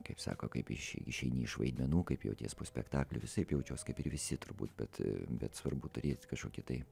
kaip sako kaip iš išeini iš vaidmenų kaip jauties po spektaklio visaip jaučiuos kaip ir visi turbūt bet bet svarbu turėt kažkokį tai